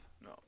No